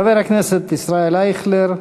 חבר הכנסת ישראל אייכלר,